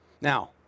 Now